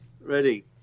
Ready